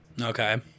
Okay